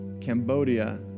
Cambodia